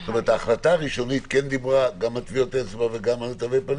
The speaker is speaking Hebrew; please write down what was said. ההחלטה הראשונית כן דיברה גם על טביעות אצבע וגם על תווי פנים?